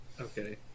Okay